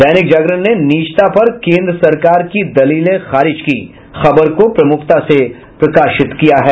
दैनिक जागरण ने निजता पर केन्द्र सरकार की दलिलें खारिज की खबर को प्रमुखता से प्रकाशित किया है